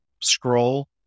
scroll